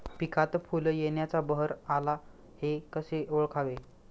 पिकात फूल येण्याचा बहर आला हे कसे ओळखावे?